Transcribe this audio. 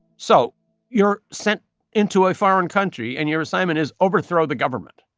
so you're sent into a foreign country. and your assignment is overthrow the government.